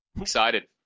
Excited